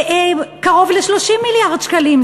קרוב ל-30 מיליארד שקלים.